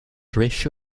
horatio